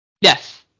Yes